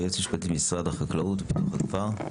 היועצת המשפטית של משרד החקלאות ופיתוח הכפר.